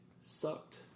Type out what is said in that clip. sucked